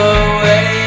away